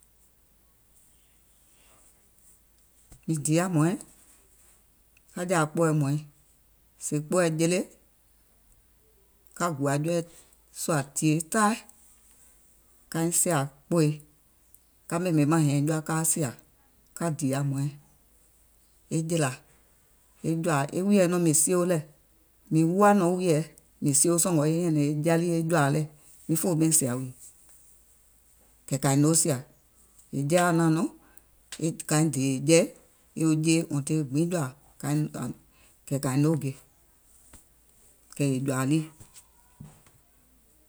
Mìŋ diiyà hmɔ̀ɔ̀ɛŋ ka jȧȧ kpoòɛ hmɔ̀ɔ̀iŋ, sèè e kpoòɛ jele, ka gùà jɔɔɛ̀ sùà tìyèe taai, kaiŋ sìà kpoòi, ka ɓèmè maŋ hɛiŋ jɔa kaa sià, ka dììyà hmɔ̀ɔ̀ɛŋ, e jèlà, e jɔ̀àà. E wùìyèɛ nɔŋ mìŋ siyoo lɛ̀, mìŋ wuuwà nɔŋ e wùìyèɛ mìŋ sio sɔ̀ngɔ̀ e nyɛ̀nɛ̀ŋ e ja lii e jɔ̀àà lɛ, miŋ fòo ɓɛìŋ sìà wùìyè, kɛ̀ kȧiŋ noo sìȧ, è jeeyàa naàŋ nɔŋ kaiŋ dèèyè jɛi yoo jeè until e gbiŋ e jɔ̀ȧȧ, kaiŋ kaiŋ, kɛ̀ kȧiŋ noo gè kɛ̀ yè jɔ̀àà lii.